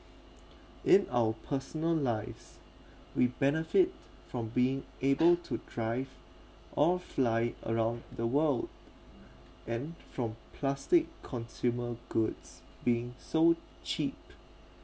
in our personal lives we benefit from being able to drive or fly around the world and from plastic consumer goods being so cheap